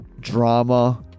drama